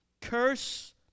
curse